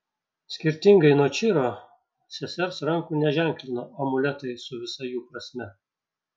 skirtingai nuo čiro sesers rankų neženklino amuletai su visa jų prasme